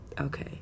okay